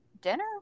dinner